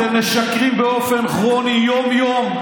אתם משקרים באופן כרוני יום-יום,